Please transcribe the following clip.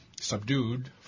subdued